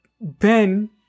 Ben